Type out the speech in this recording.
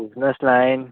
business line